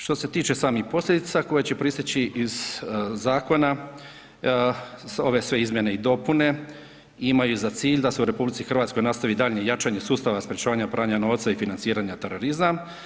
Što se tiče samih posljedica koje će proisteći iz zakona ove sve izmjene i dopune imaju za cilj da se u Republici Hrvatskoj nastavi daljnje jačanje sustava sprječavanja pranja novca i financiranja terorizma.